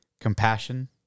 Compassion